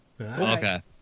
okay